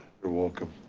you're welcome.